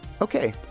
Okay